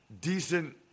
decent